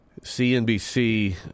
CNBC